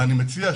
אני מציע,